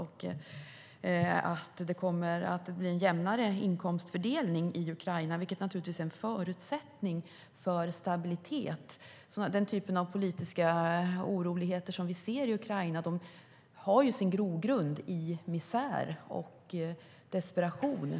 Kan man hjälpa till att se till att det blir en jämnare inkomstfördelning i Ukraina, vilket är en förutsättning för stabilitet? Den typen av oroligheter som vi ser i Ukraina har sin grogrund i misär och desperation.